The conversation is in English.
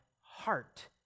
heart